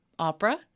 opera